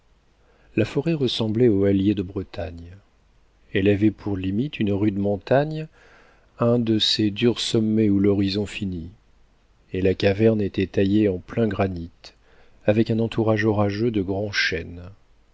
la forêt ressemblait aux halliers de bretagne elle avait pour limite une rude montagne un de ces durs sommets où l'horizon finit et la caverne était taillée en plein granit avec un entourage orageux de grands chênes